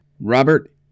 Robert